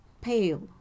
pale